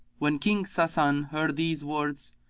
when king sasan heard these words,